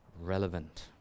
relevant